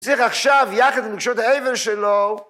‫צריך עכשיו יחד למקשות האבל שלו